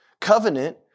covenant